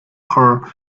her